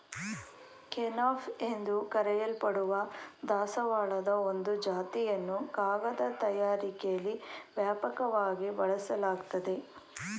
kenaf ಎಂದು ಕರೆಯಲ್ಪಡುವ ದಾಸವಾಳದ ಒಂದು ಜಾತಿಯನ್ನು ಕಾಗದ ತಯಾರಿಕೆಲಿ ವ್ಯಾಪಕವಾಗಿ ಬಳಸಲಾಗ್ತದೆ